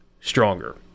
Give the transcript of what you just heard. stronger